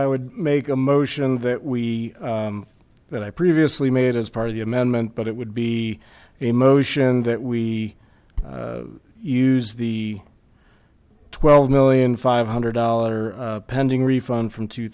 i would make a motion that we that i previously made as part of the amendment but it would be a motion that we use the twelve million five hundred dollars pending refund from two